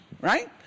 right